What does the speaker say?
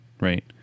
right